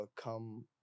come